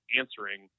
answering